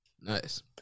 Nice